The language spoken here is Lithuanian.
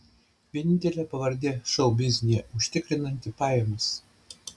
vienintelė pavardė šou biznyje užtikrinanti pajamas